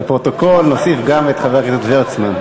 לפרוטוקול נוסיף גם את חבר הכנסת וורצמן.